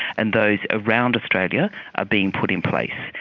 and those around australia are being put in place.